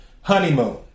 Honeymoon